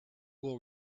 will